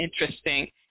interesting